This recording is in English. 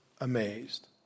amazed